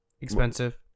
Expensive